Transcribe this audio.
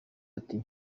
ati